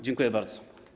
Dziękuję bardzo.